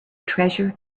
treasure